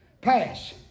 Pass